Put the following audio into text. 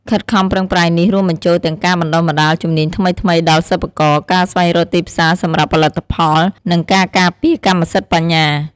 ខិតខំប្រឹងប្រែងនេះរួមបញ្ចូលទាំងការបណ្ដុះបណ្ដាលជំនាញថ្មីៗដល់សិប្បករ ការស្វែងរកទីផ្សារសម្រាប់ផលិតផល និងការការពារកម្មសិទ្ធិបញ្ញា។